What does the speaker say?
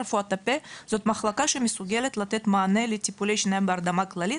זאת מחלקה שמסוגלת לתת מענה לטיפולי שיניים בהרדמה כללית